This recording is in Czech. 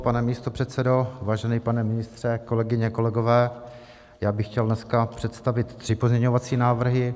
Pane místopředsedo, vážený pane ministře, kolegyně, kolegové, já bych chtěl dneska představit tři pozměňovací návrhy.